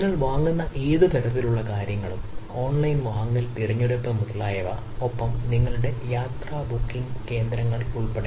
നിങ്ങൾ വാങ്ങുന്ന ഏത് തരത്തിലുള്ള കാര്യങ്ങളും ഓൺലൈൻ വാങ്ങൽ തിരഞ്ഞെടുപ്പ് മുതലായവ ഒപ്പം നിങ്ങളുടെ യാത്രാ ബുക്കിംഗ് കേന്ദ്രങ്ങൾ ഉൾപ്പടെ